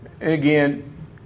Again